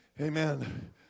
Amen